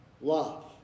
love